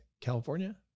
California